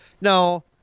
No